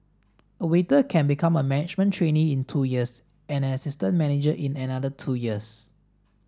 a waiter can become a management trainee in two years and an assistant manager in another two years